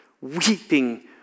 weeping